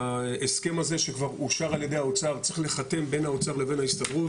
ההסכם הזה שכבר אושר על ידי האוצר צריך להחתם על ידי האוצר וההסתדרות,